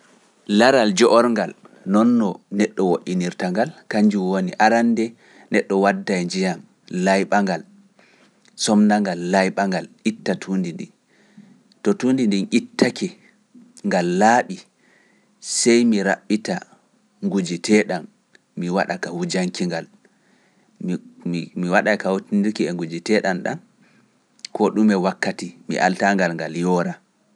Laral joorngal, noon no neɗɗo woɗɗinirta ngal, kanjum woni arande neɗɗo wadda njiya, layɓa ngal, somnangal layɓa ngal itta tuundi ɗi, to tuundi ɗi ittake ngal laaɓi, sey mi raɓɓita nguji teeɗan, mi waɗa ka hujanki ngal, mi waɗa ka hujanki nguji teeɗan ɗan, ko ɗume wakkati mi alta ngal ngal yoora.